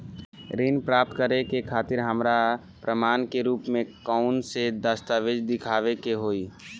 ऋण प्राप्त करे के खातिर हमरा प्रमाण के रूप में कउन से दस्तावेज़ दिखावे के होइ?